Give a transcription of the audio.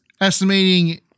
Estimating